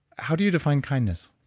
how do you define kindness?